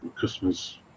customers